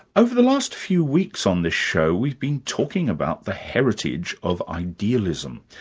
over the last few weeks on this show, we've been talking about the heritage of idealism,